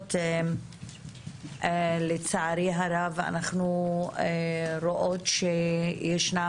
האחרונות לצערי הרב אנחנו רואות שישנן